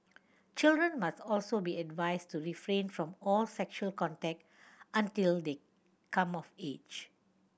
children must also be advised to refrain from all sexual contact until they come of age